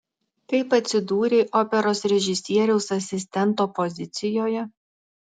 kaip atsidūrei operos režisieriaus asistento pozicijoje